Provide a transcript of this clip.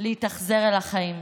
להתאכזר אל החיים.